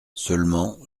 seulement